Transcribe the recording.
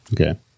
Okay